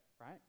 Right